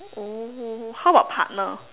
oh how about partner